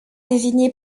désigné